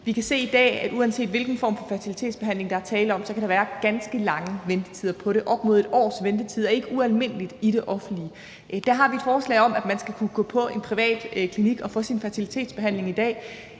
Vi kan se i dag, at uanset hvilken form for fertilitetsbehandling der er tale om, kan der være ganske lange ventetider på det. Op mod 1 års ventetid er ikke ualmindeligt i det offentlige. Der har vi et forslag om, at man skal kunne gå til en privat klinik og få sin fertilitetsbehandling i